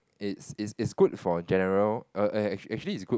it's it's it's good for general err actually it's good for